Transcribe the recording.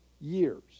years